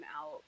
out